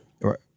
right